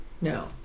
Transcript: No